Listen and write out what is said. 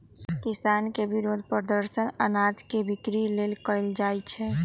किसान के विरोध प्रदर्शन अनाज के बिक्री लेल कएल जाइ छै